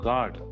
God